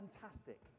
fantastic